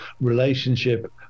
relationship